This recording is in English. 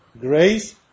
Grace